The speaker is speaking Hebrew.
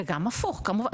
וגם הפוך כמובן.